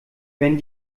wenn